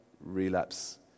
relapse